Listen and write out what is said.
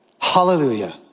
hallelujah